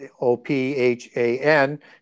O-P-H-A-N